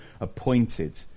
appointed